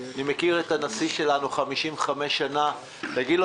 אני מכיר את הנשיא שלנו 55 שנה תגיד לו